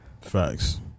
Facts